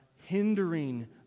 hindering